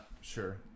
sure